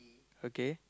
okay